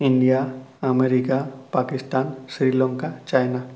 India America Pakistan Sri Lanka China